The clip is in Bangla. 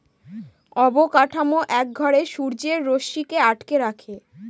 অবকাঠামো এক ঘরে সূর্যের রশ্মিকে আটকে রাখে